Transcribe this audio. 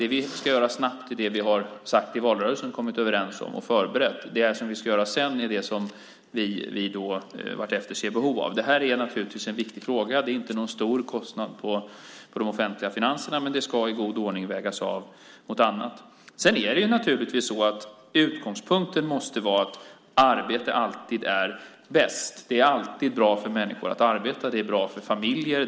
Det vi ska göra snabbt är det vi sagt i valrörelsen och kommit överens om och förberett. Det vi ska göra sedan är det som vi vartefter ser ett behov av. Det här är naturligtvis en viktig fråga, och det innebär inte någon stor kostnad för de offentliga finanserna. Men detta ska i god ordning vägas av mot annat. Naturligtvis är det så att utgångspunkten måste vara att arbete alltid är bäst. Det är alltid bra för människor att arbeta. Det är bra för familjer.